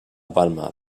palma